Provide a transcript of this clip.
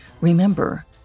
Remember